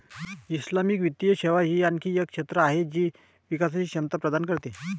Islamic वित्तीय सेवा ही आणखी एक क्षेत्र आहे जी विकासची क्षमता प्रदान करते